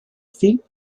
feet